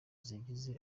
zigize